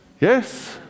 Yes